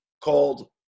called